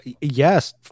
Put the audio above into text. Yes